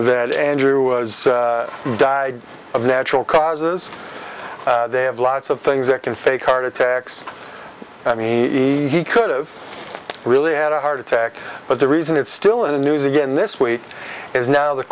that andrew was died of natural causes they have lots of things that can fake heart attacks and he could have really had a heart attack but the reason it's still in the news again this week is now the